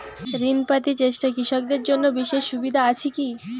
ঋণ পাতি চেষ্টা কৃষকদের জন্য বিশেষ সুবিধা আছি কি?